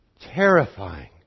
terrifying